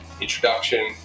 introduction